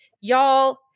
y'all –